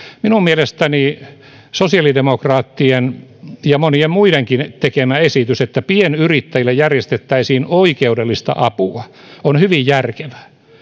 minun mielestäni sosiaalidemokraattien ja monien muidenkin tekemä esitys että pienyrittäjille järjestettäisiin oikeudellista apua on hyvin järkevä